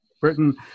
Britain